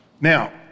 Now